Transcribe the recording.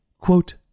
quote